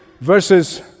verses